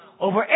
Over